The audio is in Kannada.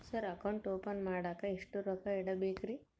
ಸರ್ ಅಕೌಂಟ್ ಓಪನ್ ಮಾಡಾಕ ಎಷ್ಟು ರೊಕ್ಕ ಇಡಬೇಕ್ರಿ?